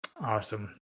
Awesome